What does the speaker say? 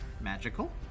Magical